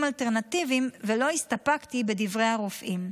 אלטרנטיביים ולא הסתפקתי בדברי הרופאים.